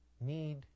need